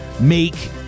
make